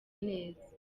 neza